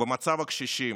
במצב הקשישים,